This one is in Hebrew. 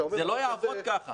זה לא יעבוד ככה.